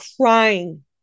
crying